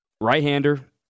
right-hander